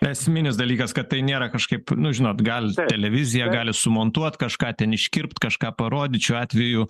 esminis dalykas kad tai nėra kažkaip nu žinot gal televizija gali sumontuot kažką ten iškirpt kažką parodyt šiuo atveju